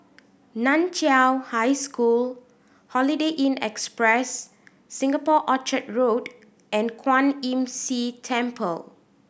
Nan Chiau High School Holiday Inn Express Singapore Orchard Road and Kwan Imm See Temple